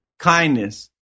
Kindness